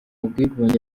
bwigunge